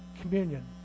communion